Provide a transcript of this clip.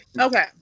Okay